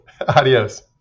Adios